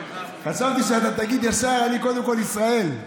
חשבתי שתגיד ישר: קודם כול מישראל.